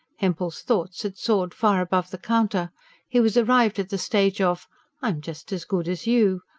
hempel's thoughts had soared far above the counter he was arrived at the stage of i'm just as good as you!